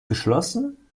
geschlossen